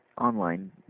online